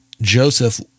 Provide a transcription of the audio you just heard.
Joseph